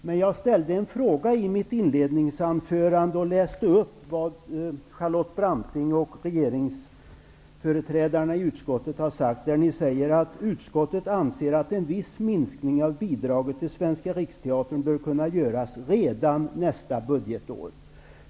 Men jag ställde en fråga i mitt inledningsanförande och läste upp vad Charlotte Branting och regeringsföreträdarna i utskottet har sagt, nämligen: Utskottet anser att en viss minskning av bidraget till Svenska riksteatern bör kunna göras redan nästa budgetår.